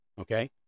Okay